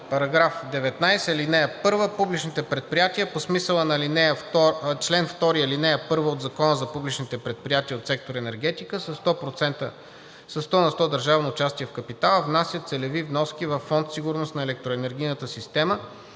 „§ 19. (1) Публичните предприятия по смисъла на чл. 2, ал. 1 от Закона за публичните предприятия от сектор „Енергетика“ със 100 на сто държавно участие в капитала внасят целеви вноски във Фонд „Сигурност на електроенергийната система“,